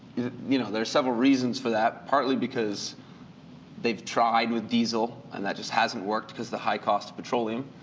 you know there are several reasons for that. partly because they've tried with diesel and that just hasn't worked because of the high cost of petroleum.